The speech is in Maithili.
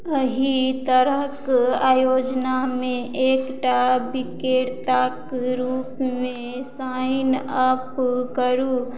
एहि तरहक आयोजनामे एक टा बिक्रेताक रूपमे साइन अप करू